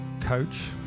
coach